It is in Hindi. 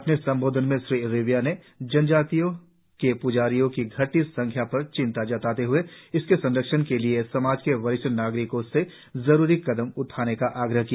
अपने संबोधन में श्री रिबिया ने जनजाति के प्जारियों की घटती संख्या पर चिंता जताते हए इसके संरक्षण के लिए समाज के वरिष्ठ नागरिकों से जरुरी कदम उठाने का आग्रह किया